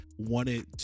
wanted